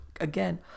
again